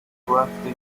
rafting